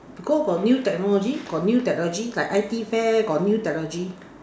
because got new technology got new technology like I_T fair got new technology